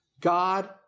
God